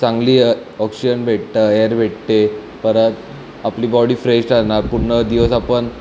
चांगली ऑक्सिजन भेटतं आहे एर भेटते परत आपली बॉडी फ्रेश राहाणार पूर्ण दिवस आपण